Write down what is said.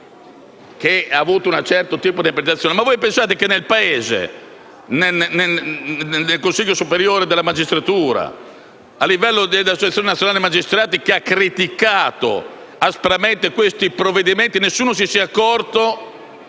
che ha avuto un certo tipo di interpretazione. Ma voi pensate che nel Paese, nel Consiglio superiore della magistratura e a livello dell'Associazione nazionale magistrati (che ha criticato aspramente questi provvedimenti), nessuno si sia accorto